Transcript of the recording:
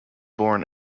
born